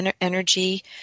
energy